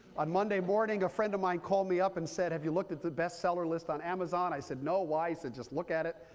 on monday morning, a friend of mine called me up and said, have you looked at the best seller list on amazon? i said no. why? he said just look at it.